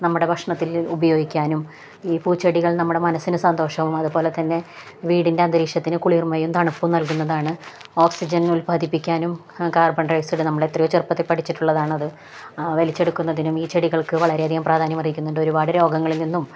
നമ്മുടെ ഭക്ഷണത്തിൽ ഉപയോഗിക്കാനും ഈ പൂച്ചെടികൾ നമ്മുടെ മനസ്സിനു സന്തോഷവും അതുപോലെ തന്നെ വീടിൻ്റെ അന്തരീക്ഷത്തിനു കുളിർമയും തണുപ്പു നൽകുന്നതാണ് ഓക്സിജൻ ഉൽപാദിപ്പിക്കാനും കാർബണ് ഡയോക്സൈഡ് നമ്മളെത്രയോ ചെറുപ്പത്തില് പഠിച്ചിട്ടുള്ളതാണത്ത് വലിച്ചെടുക്കുന്നതിനും ഈ ചെടികൾക്കു വളരെയധികം പ്രാധാന്യമര്ഹിക്കുന്നുണ്ട് ഒരുപാടു രോഗങ്ങളിൽ നിന്നും